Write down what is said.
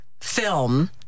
film